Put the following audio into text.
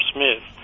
Smith